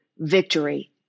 Victory